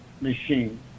machine